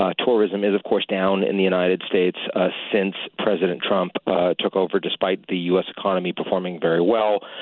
ah tourism is, of course, down in the united states ah since president trump took over despite the u s. economy performing very well.